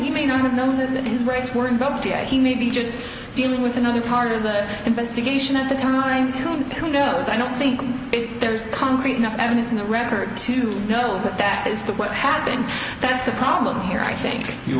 he may not have known that his rights were involved yet he may be just dealing with another part of that investigation at the time to come goes i don't think it's there's concrete enough evidence in the record to know that that is the what happened that's the problem here i think you